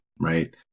right